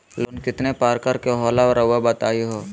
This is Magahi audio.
लोन कितने पारकर के होला रऊआ बताई तो?